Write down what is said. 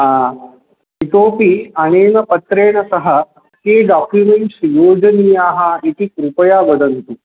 हा इतोपि अनेन पत्रेणसह के डाक्युमेण्ट्स् योजनीयाः इति कृपया वदन्तु